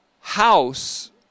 house